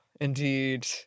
indeed